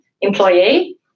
employee